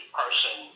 person